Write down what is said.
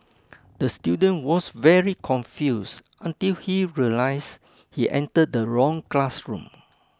the student was very confused until he realised he entered the wrong classroom